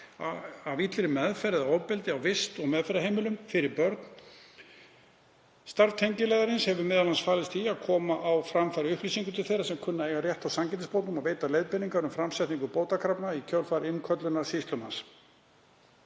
af illri meðferð eða ofbeldi á vist- eða meðferðarheimilum fyrir börn. Starf tengiliðarins hefur m.a. falist í að koma á framfæri upplýsingum til þeirra sem kunna að eiga rétt á sanngirnisbótum og veita leiðbeiningar um framsetningu bótakrafna í kjölfar innköllunar sýslumanns.